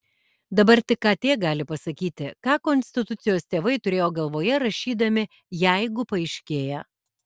dabar tik kt gali pasakyti ką konstitucijos tėvai turėjo galvoje rašydami jeigu paaiškėja